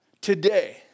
Today